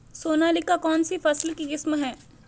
सोनालिका कौनसी फसल की किस्म है?